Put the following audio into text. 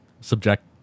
subject